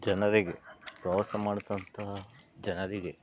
ಜನರಿಗೆ ಪ್ರವಾಸ ಮಾಡ್ದಂಥ ಜನರಿಗೆ